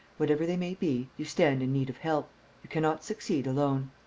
whatever they may be, you stand in need of help. you cannot succeed alone.